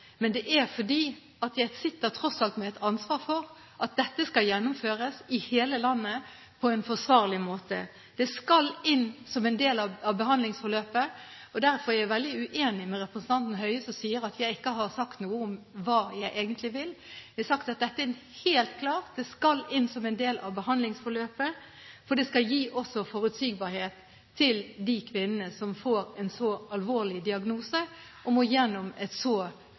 Men det er fordi at jeg tross alt sitter med et ansvar for at dette skal gjennomføres i hele landet på en forsvarlig måte. Det skal inn som en del av behandlingsforløpet. Derfor er jeg veldig uenig med representanten Høie, som sier at jeg ikke har sagt noe om hva jeg egentlig vil. Jeg har sagt at det er helt klart at dette skal inn som en del av behandlingsforløpet, for det skal også gi forutsigbarhet til de kvinnene som får en så alvorlig diagnose og må gjennom et så